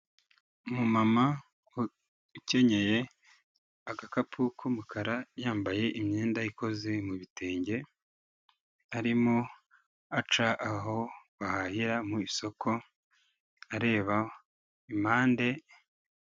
Umumama ukenyeye agakapu k'umukara yambaye imyenda ikoze mu bitenge, arimo aca aho bahahira mu isoko areba impande.